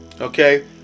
okay